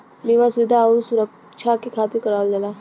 बीमा सुविधा आउर सुरक्छा के खातिर करावल जाला